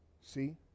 see